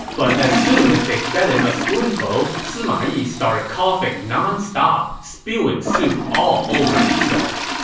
but as soon as they fed him a spoonful, sima yi started coughing nonstop, spewing soup all over himself